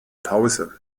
pause